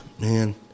man